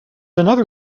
another